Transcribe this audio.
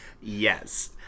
Yes